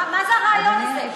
מה זה הרעיון הזה?